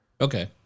Okay